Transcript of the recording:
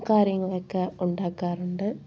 കാര്യങ്ങളൊക്കെ ഉണ്ടാക്കാറുണ്ട്